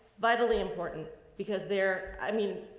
vitally important because there, i mean,